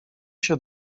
się